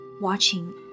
watching